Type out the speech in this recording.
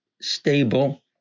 stable